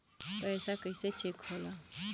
पैसा कइसे चेक होला?